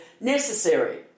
necessary